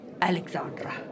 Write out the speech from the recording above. Alexandra